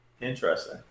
Interesting